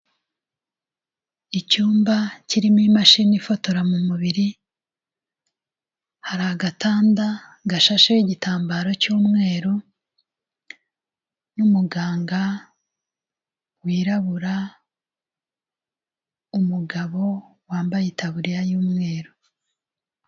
Icyumba kirimo imashini ifotora mu mubiri, hari agatanda gashasheho igitambaro cy'umweru n'umuganga wirabura, umugabo wambaye itaburiya y'umweru.